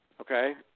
okay